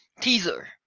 teaser